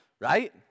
Right